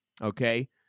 okay